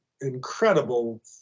incredible